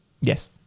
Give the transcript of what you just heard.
Yes